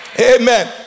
Amen